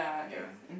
ya